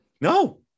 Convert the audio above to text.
No